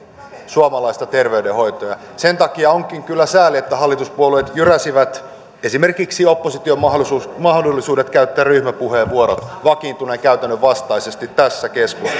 suomalaista terveydenhoitoa sen takia onkin kyllä sääli että hallituspuolueet jyräsivät esimerkiksi opposition mahdollisuudet käyttää ryhmäpuheenvuorot vakiintuneen käytännön vastaisesti tässä keskustelussa